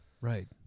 right